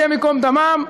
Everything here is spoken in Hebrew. השם יקום דמם,